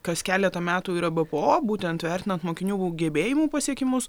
kas keletą metų ir ebpo būtent vertinant mokinių gebėjimų pasiekimus